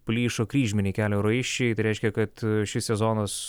plyšo kryžminiai kelio raiščiai tai reiškia kad šį sezonas